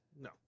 No